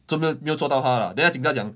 抓没没有抓到她 lah then 那警察讲